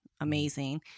amazing